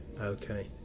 Okay